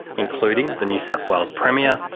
including the new south wales premier,